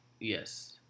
Yes